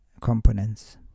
components